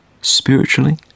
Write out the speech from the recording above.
Spiritually